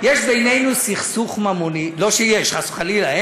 יש בינינו סכסוך ממוני, לא שיש, חס וחלילה.